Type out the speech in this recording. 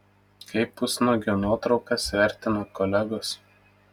kaip pusnuogio nuotraukas vertina kolegos